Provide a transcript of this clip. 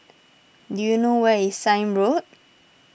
do you know where is Sime Road